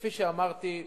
כפי שאמרתי,